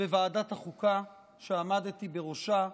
בוועדת החוקה, שעמדתי בראשה,